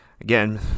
again